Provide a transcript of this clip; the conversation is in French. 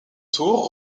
tour